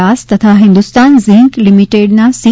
દાસ તથા હિન્દુસ્તાન ઝિંક લિમિટેડના સી